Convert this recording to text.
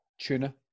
tuna